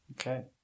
Okay